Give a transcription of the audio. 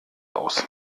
aus